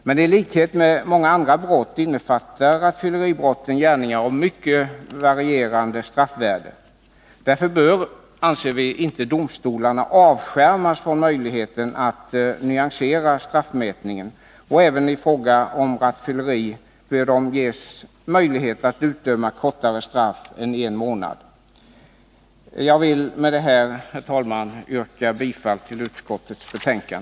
Men i likhet med många andra brott innefattar rattfylleribrotten gärningar av mycket varierande straffvärde. Därför bör, anser vi, domstolarna inte avskärmas från möjligheten att nyansera straffmätningen. Även i fråga om rattfylleri bör de ges möjlighet att utdöma kortare straff än en månad. Jag vill med detta, herr talman, yrka bifall till utskottets hemställan.